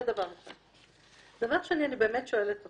דבר שני, אני באמת שואלת אותך,